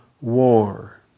war